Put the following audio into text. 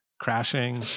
crashing